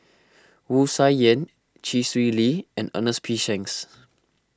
Wu Tsai Yen Chee Swee Lee and Ernest P Shanks